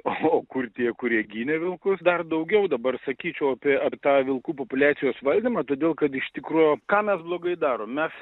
o kur tie kurie gynė vilkus dar daugiau dabar sakyčiau apie ar tą vilkų populiacijos valdymą todėl kad iš tikrųjų ką mes blogai darom mes